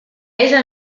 esa